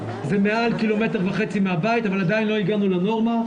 זה מעל 1.5 קמ' מהבית אבל עדיין לא הגענו לנורמה.